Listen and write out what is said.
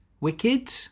Wicked